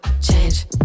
change